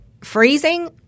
freezing